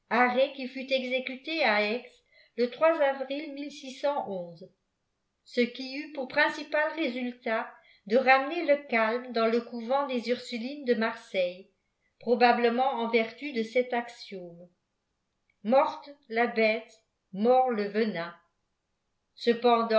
qui fut émeute à âix le avril ce qui eut pour principal résultat de ramener le calme dans le eoùvenl des ursulines de marseille probablemeilt en vertu de cet axécwie morte la bête mort le venin cependant